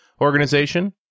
organization